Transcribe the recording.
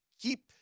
keep